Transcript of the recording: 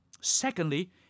Secondly